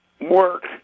work